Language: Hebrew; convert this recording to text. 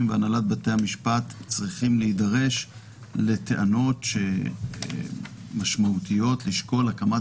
והנהלת בתי המשפט צריכים להידרש לטענות משמעותיות לשקול הקמת